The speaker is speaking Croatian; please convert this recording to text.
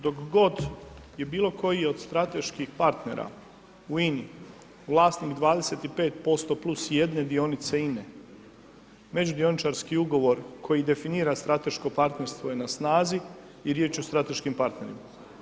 Dok god je bilo koji od strateških partnera u INI vlasnik 25% plus 1 dionice INE međudioničarski ugovor koji definira strateško partnerstvo je na snazi i riječ je o strateškim partnerima.